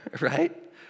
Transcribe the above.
right